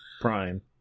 Prime